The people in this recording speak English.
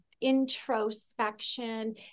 introspection